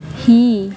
ହେ